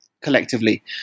collectively